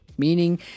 meaning